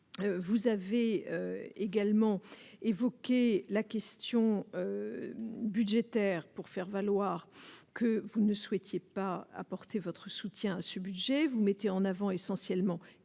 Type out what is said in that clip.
vous avez également évoqué la question budgétaire pour faire valoir que vous ne souhaitiez pas apporter votre soutien, ce budget, vous mettez en avant essentiellement